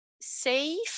safe